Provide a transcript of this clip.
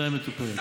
עדיין מטופלת.